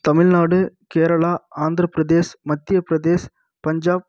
Tamil Nadu Kerala Andhra Pradesh Madhya Pradesh Punjab